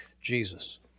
Jesus